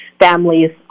families